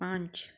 पाँच